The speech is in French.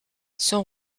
son